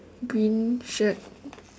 green shirt